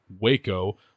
Waco